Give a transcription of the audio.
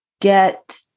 get